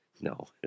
No